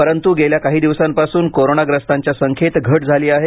परंत् गेल्या काही दिवसांपासून कोरोनाग्रस्तांच्या संख्येत घट झाली आहे